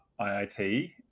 iit